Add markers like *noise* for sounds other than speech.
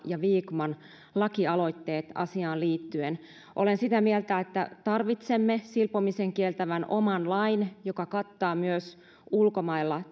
ja vikman lakialoitteet asiaan liittyen olen sitä mieltä että tarvitsemme silpomisen kieltävän oman lain joka kattaa myös ulkomailla *unintelligible*